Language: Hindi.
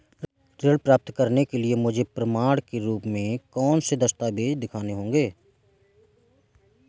ऋण प्राप्त करने के लिए मुझे प्रमाण के रूप में कौन से दस्तावेज़ दिखाने होंगे?